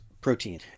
protein